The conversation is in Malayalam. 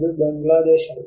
അത് ബംഗ്ലാദേശാണ്